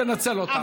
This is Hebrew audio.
תנצל אותן.